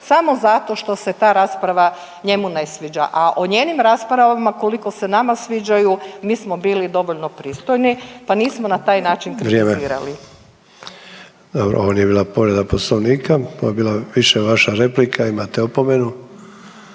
samo zato što se ta rasprava njemu ne sviđa, a o njenim raspravama, koliko se nama sviđaju, mi smo bili dovoljno pristojni pa nismo na taj način replicirali. **Sanader, Ante (HDZ)** Dobro, ovo nije bila povreda Poslovnika, ovo je bila više vaša replika, imate opomenu.